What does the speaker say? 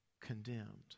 condemned